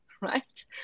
right